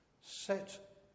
set